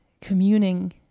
communing